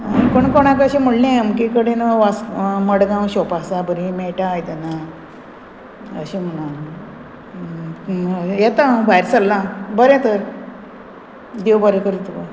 कोण कोणाक अशें म्हणलें अमके कडेन वास मडगांव शॉप आसा बरीं मेळटा आयदनां अशें म्हणोन येता हांव भायर सरलां बरें तर देव बरें कर तुका